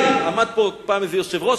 עמד פה פעם איזה יושב-ראש,